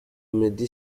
meddy